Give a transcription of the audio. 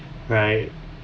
right